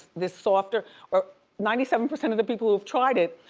this softer or ninety seven percent of the people who've tried it,